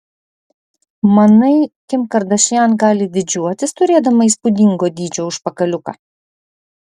manai kim kardašian gali didžiuotis turėdama įspūdingo dydžio užpakaliuką